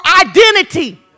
identity